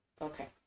okay